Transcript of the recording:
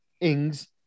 Ings